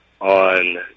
on